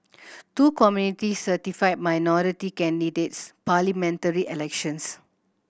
two committee certify minority candidates parliamentary elections